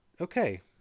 okay